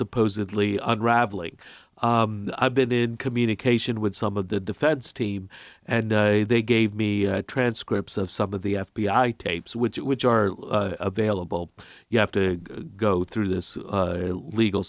supposedly unraveling i've been in communication with some of the defense team and they gave me transcripts of some of the f b i tapes which which are available you have to go through this legal